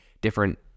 different